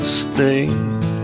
sting